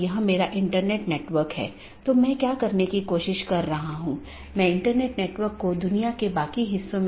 यह एक बड़े आईपी नेटवर्क या पूरे इंटरनेट का छोटा हिस्सा है